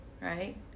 right